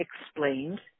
explained